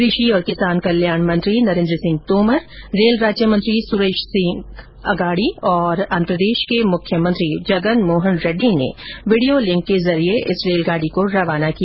कृषि और किसान कलयाण मंत्री नरेन्द्र सिंह तोमर रेल राज्य मंत्री सुरेश सी अंगाड़ी और आंध्रप्रदेश के मुख्यमंत्री जगन मोहन रेड़डी ने वीडियो लिंक के जरिए इस रेलगाड़ी को रवाना किया